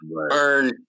earn